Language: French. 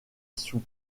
sous